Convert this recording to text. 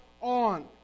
on